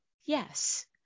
yes